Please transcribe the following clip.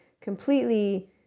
completely